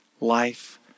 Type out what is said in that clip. life